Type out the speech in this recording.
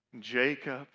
Jacob